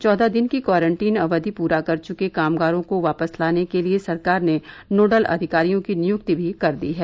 चौदह दिन की क्वारटीन अवधि पूरा कर चुके कामगारों को वापस लाने के लिए सरकार ने नोडल अधिकारियों की नियुक्ति भी कर दी है